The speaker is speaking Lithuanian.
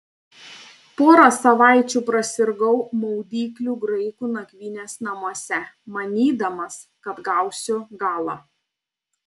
porą savaičių prasirgau maudyklių graikų nakvynės namuose manydamas kad gausiu galą